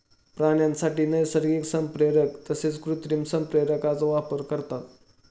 प्राण्यांसाठी नैसर्गिक संप्रेरक तसेच कृत्रिम संप्रेरकांचा वापर करतात